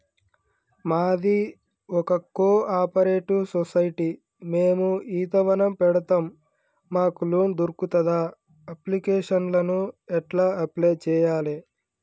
మాది ఒక cooperative society మేము ఈత వనం పెడతం మాకు లోన్ దొర్కుతదా? అప్లికేషన్లను ఎట్ల అప్లయ్ చేయాలే?